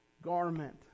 garment